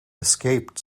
escaped